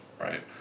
right